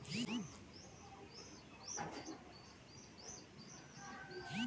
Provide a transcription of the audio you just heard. মটরশুটি চাষে শতক প্রতি জমিতে কী কী সার ও কী পরিমাণে দেওয়া ভালো?